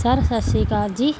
sir Sat Sri Akal ਜੀ